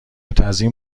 تزیین